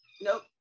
nope